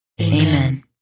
Amen